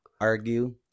argue